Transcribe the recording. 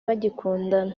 bagikundana